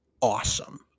awesome